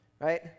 right